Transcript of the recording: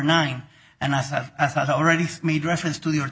nine and i thought i thought i already made reference to your